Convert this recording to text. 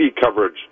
coverage